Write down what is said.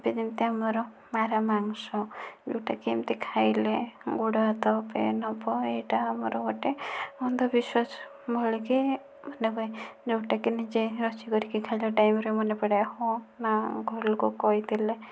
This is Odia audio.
ଏ ଯେମିତି ଆମର ବାର୍ହା ମାଂସ ଗୋଟିଏ ଯେମିତି ଖାଇଲେ ଗୋଡ଼ ହାତ ପେନ୍ ହେବ ଏଇଟା ଆମର ଗୋଟିଏ ଅନ୍ଧ ବିଶ୍ବାସ ଭଳିକି ମନେ ହୁଏ ଯେଉଁଟାକି ନିଜେ ରୋଷେଇ କରିକି ଖାଇଲା ଟାଇମରେ ମନେ ପଡ଼େ ହଁ ନା ଘର ଲୋକ କହିଥିଲେ